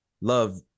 love